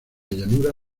llanura